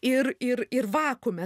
ir ir ir vakuume